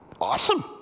Awesome